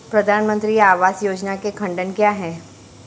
प्रधानमंत्री आवास योजना के खंड क्या हैं?